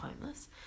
homeless